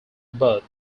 birth